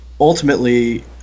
ultimately